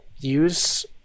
use